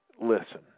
listen